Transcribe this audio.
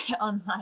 online